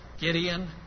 Gideon